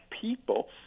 people